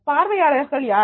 பார்வையாளர்கள் யார்